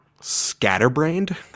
Scatterbrained